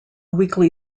weekly